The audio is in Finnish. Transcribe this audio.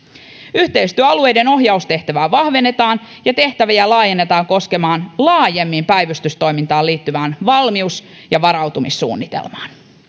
yhteistyöalueiden ohjaustehtävää vahvennetaan ja tehtäviä laajennetaan koskemaan laajemmin päivystystoimintaan liittyvää valmius ja varautumissuunnitelmaa